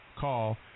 Call